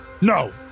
No